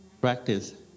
practice